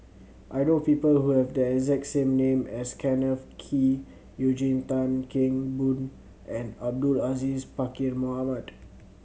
I know people who have the exact same name as Kenneth Kee Eugene Tan Kheng Boon and Abdul Aziz Pakkeer Mohamed